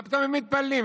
מה פתאום הם מתפללים?